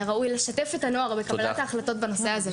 ושראוי לשתף את הנוער בקבלת ההחלטות בנושא הזה.